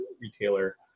retailer